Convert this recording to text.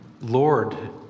Lord